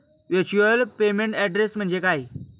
Virtual payment address म्हणजे काय?